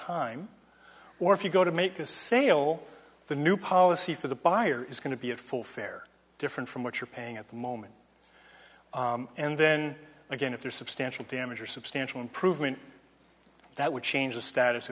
time or if you go to make a sale the new policy for the buyer is going to be a full fare different from what you're paying at the moment and then again if there's substantial damage or substantial improvement that would change the status